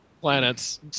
planets